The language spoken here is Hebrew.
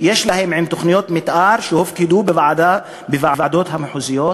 יש להן תוכניות מתאר שהופקדו בוועדות המחוזיות,